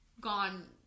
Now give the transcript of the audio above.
gone